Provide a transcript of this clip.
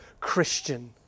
Christian